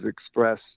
express